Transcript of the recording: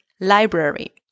library